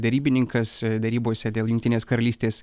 derybininkas derybose dėl jungtinės karalystės